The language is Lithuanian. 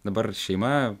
dabar šeima